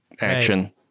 action